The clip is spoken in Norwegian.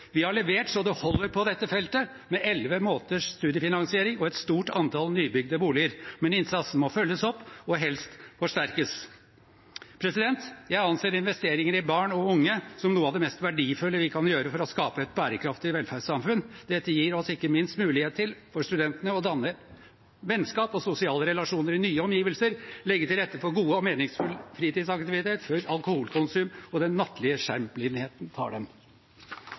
Vi har levert så det holder på dette feltet – med elleve måneders studiefinansiering og et stort antall nybygde boliger. Men innsatsen må følges opp og helst forsterkes. Jeg anser investeringer i barn og unge som noe av det mest verdifulle vi kan gjøre for å skape et bærekraftig velferdssamfunn. Dette gir ikke minst mulighet for studentene til å danne vennskap og sosiale relasjoner i nye omgivelser og legger til rette for god og meningsfull fritidsaktivitet – før alkoholkonsum og den nattlige skjermblindheten tar dem.